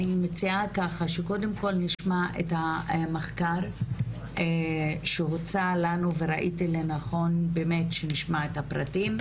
נשמע את המחקר שהוצע לנו וראיתי לנכון שנשמע את הפרטים.